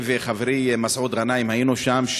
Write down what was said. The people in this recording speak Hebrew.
אני וחברי מסעוד גנאים היינו שם,